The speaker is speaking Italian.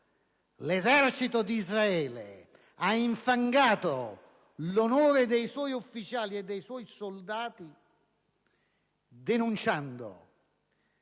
l'esercito di Israele, infangando l'onore dei suoi ufficiali e dei suoi soldati, di non